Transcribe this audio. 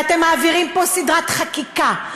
אתם מעבירים פה סדרת חקיקה,